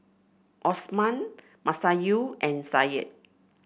Osman Masayu and Said